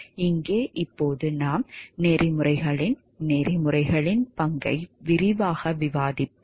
இங்கே இப்போது நாம் நெறிமுறைகளின் நெறிமுறைகளின் பங்கை விரிவாக விவாதிப்போம்